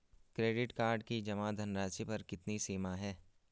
Credit card की जमा धनराशि पर कितनी सीमा है?